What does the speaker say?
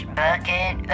bucket